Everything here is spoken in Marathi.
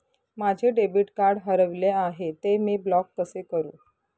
माझे डेबिट कार्ड हरविले आहे, ते मी ब्लॉक कसे करु?